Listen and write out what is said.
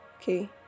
okay